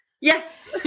yes